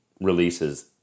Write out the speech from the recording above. releases